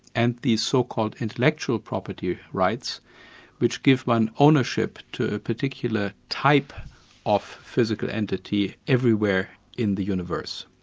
and the so-called intellectual property rights which give one ownership to a particular type of physical entity everywhere in the universe.